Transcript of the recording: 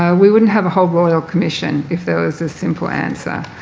we wouldn't have a whole royal commission if there was a simple answer.